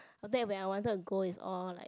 the date when I wanted to go is all like